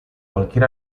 cualquier